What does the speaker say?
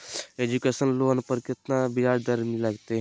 Education loan पर केतना ब्याज दर लगतई?